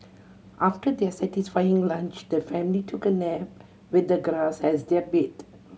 after their satisfying lunch the family took a nap with the grass as their bed